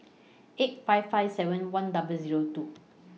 eight five five seven one double Zero two